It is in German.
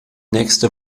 nächste